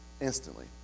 Instantly